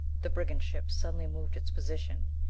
the brigand ship suddenly moved its position!